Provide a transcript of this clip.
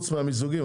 חוץ מהמיזוגים,